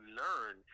learn